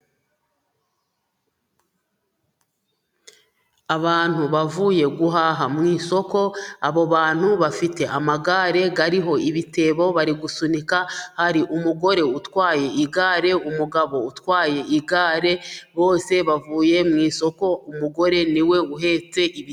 Abantu bavuye guhaha mu isoko abo bantu bafite amagare ariho ibitebo bari gusunika, hari umugore utwaye igare ,umugabo utwaye igare ,bose bavuye mu isoko umugore ni we uhetse ibi....